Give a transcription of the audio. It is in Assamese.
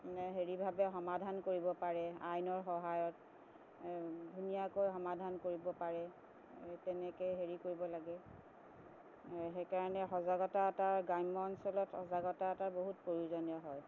হেৰিভাৱে সমাধান কৰিব পাৰে আইনৰ সহায়ত ধুনীয়াকৈ সমাধান কৰিব পাৰে তেনেকৈ হেৰি কৰিব লাগে সেইকাৰণে সজাগতা এটাৰ গ্ৰাম্য অঞ্চলত সজাগতা এটাৰ বহুত প্ৰয়োজনীয় হয়